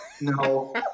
no